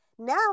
now